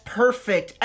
perfect